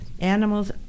animals